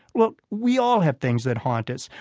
look, we all have things that haunt us.